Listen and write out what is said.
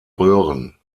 röhren